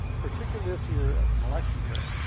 particularly this year as an election year.